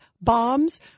bombs